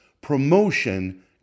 promotion